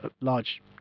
large